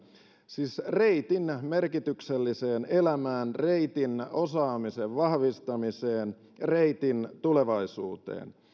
siis reitin merkitykselliseen elämään reitin osaamisen vahvistamiseen reitin tulevaisuuteen